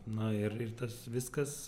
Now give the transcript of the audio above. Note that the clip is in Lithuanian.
na ir ir tas viskas